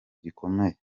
gikomeye